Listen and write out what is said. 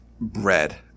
bread